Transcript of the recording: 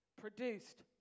Produced